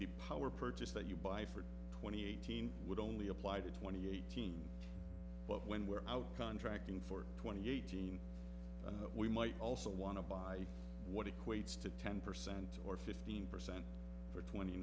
the power purchase that you buy for twenty eighteen would only apply to twenty eighteen but when we're out contracting for twenty eighteen we might also want to buy what equates to ten percent or fifteen percent for twenty